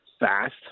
Fast